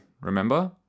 Remember